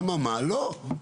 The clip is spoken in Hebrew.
אממה לא.